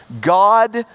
God